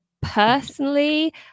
personally